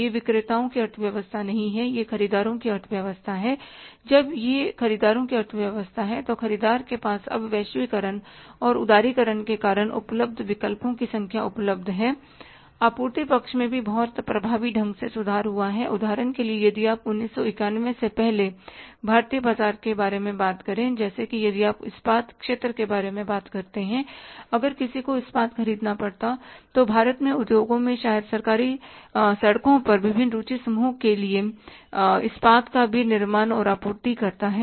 यह विक्रेताओं की अर्थव्यवस्था नहीं है यह खरीदारों की अर्थव्यवस्था है जब यह खरीदारों की अर्थव्यवस्था है तो ख़रीदार के पास अब वैश्वीकरण और उदारीकरण के कारण उपलब्ध विकल्पों की संख्या उपलब्ध है आपूर्ति पक्ष में भी बहुत प्रभावी ढंग से सुधार हुआ है उदाहरण के लिए यदि आप 1991 से पहले भारतीय बाजार के बारे में बात करें जैसे कि यदि आप इस्पात क्षेत्र के बारे में बात करते हैं अगर किसी को इस्पात खरीदना पड़ता जो भारत में उद्योगों में शायद सरकारी सड़कों पर विभिन्न रुचि समूह के लिए इस्पात का विनिर्माण और आपूर्ति करता है